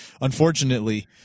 Unfortunately